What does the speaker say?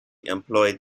employed